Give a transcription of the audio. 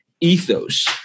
ethos